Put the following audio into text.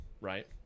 right